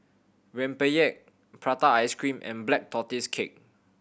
rempeyek prata ice cream and Black Tortoise Cake